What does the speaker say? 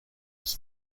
was